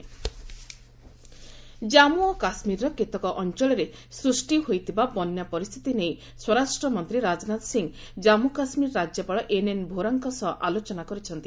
Rajnath flood Jammu ଓ କାଶ୍ମୀରର କେତେକ ଅଞ୍ଚଳରେ ସୃଷ୍ଟି ହୋଇଥିବା ବନ୍ୟା ପରିସ୍ଥିତି ନେଇ ସ୍ୱରାଷ୍ଟ୍ରମନ୍ତ୍ରୀ ରାଜନାଥ ସିଂହ ଜାଞ୍ଚୁକାଶ୍ମୀର ରାଜ୍ୟପାଳ ଏନ୍ଏନ୍ ଭୋରାଙ୍କ ସହ ଆଲୋଚନା କରିଛନ୍ତି